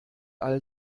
all